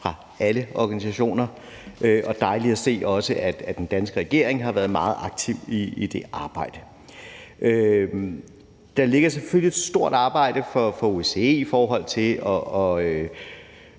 på angrebet, og også dejligt at se, at den danske regering har været meget aktiv i det arbejde. Der ligger selvfølgelig et stort arbejde for OSCE med at